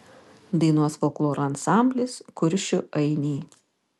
dainuos folkloro ansamblis kuršių ainiai